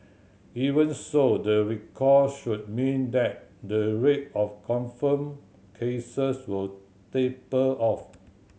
even so the recall should mean that the rate of confirmed cases will taper off